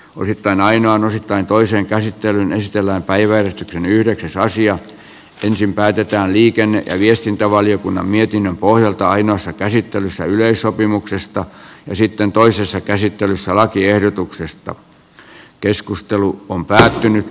yritän aina on osittain toisen käsittelyn ystävänpäivän yhdeksäs asia ensin päätetään liikenne ja viestintävaliokunnan mietinnön pohjalta ainoassa käsittelyssä yleissopimuksesta ja sitten toisessa käsittelyssä lakiehdotuksesta